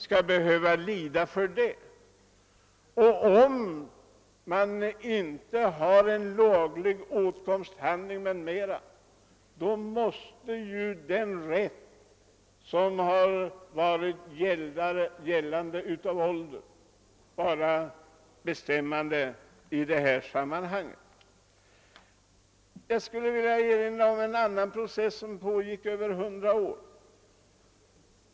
Om bolaget i fråga inte kan uppvisa en laglig åtkomsthandling, måste ju den rätt som av ålder gällt vara förhärskande. Jag vill i detta sammanhang erinra om en annan process som skildrats i litteraturen.